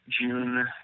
June